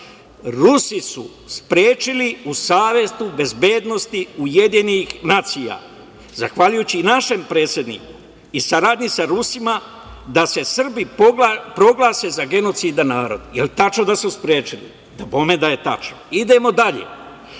Rusi su sprečili u Savetu bezbednosti UN, zahvaljujući našem predsedniku i saradnji sa Rusima, da se Srbi proglase za genocidan narod. Je li tačno da su sprečili? Dabome da je tačno. Idemo dalje,